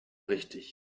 richtig